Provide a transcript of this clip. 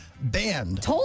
banned